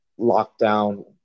lockdown